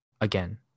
again